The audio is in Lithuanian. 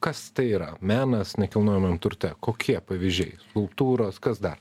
kas tai yra menas nekilnojamam turte kokie pavyzdžiai skulptūros kas dar